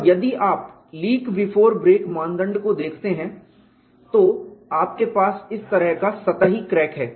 और यदि आप लीक बिफोर ब्रेक मानदंड को देखते हैं तो आपके पास इस तरह का सतही क्रैक है